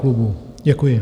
Děkuji.